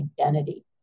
identity